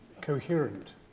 coherent